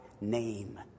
name